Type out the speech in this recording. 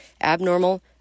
abnormal